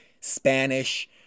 spanish